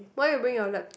why you bring your laptop